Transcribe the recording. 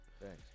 Thanks